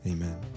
Amen